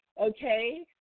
okay